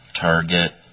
target